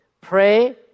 pray